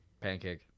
pancake